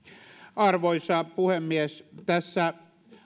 arvoisa puhemies tässä